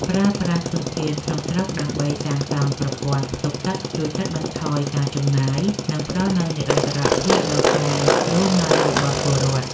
ប្រើប្រាស់ធនធានក្នុងស្រុកដើម្បីសាងសង់ប្រព័ន្ធផ្ទុកទឹកជួយកាត់បន្ថយការចំណាយ និងផ្តល់នូវនិរន្តរភាពដល់ការរស់នៅរបស់ពលរដ្ឋ។